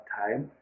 time